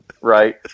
right